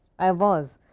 i was,